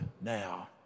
now